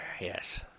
Yes